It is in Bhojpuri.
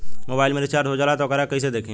मोबाइल में रिचार्ज हो जाला त वोकरा के कइसे देखी?